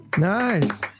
Nice